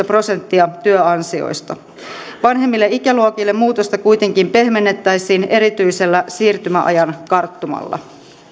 prosenttia työansioista vanhemmille ikäluokille muutosta kuitenkin pehmennettäisiin erityisellä siirtymäajan karttumalla